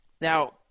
Now